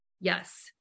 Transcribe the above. Yes